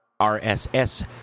RSS